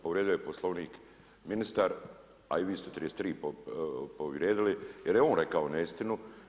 Povrijedio je Poslovnik ministar a i vi ste 33. povrijedili jer je on rekao neistinu.